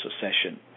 succession